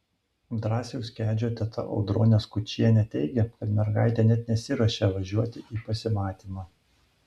drąsiaus kedžio teta audronė skučienė teigė kad mergaitė net nesiruošė važiuoti į pasimatymą